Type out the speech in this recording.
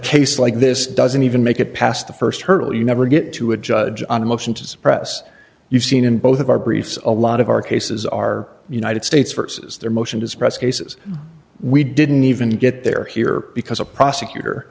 case like this doesn't even make it past the st hurdle you never get to a judge on a motion to suppress you've seen in both of our briefs a lot of our cases are united states versus their motion to suppress cases we didn't even get there here because a prosecutor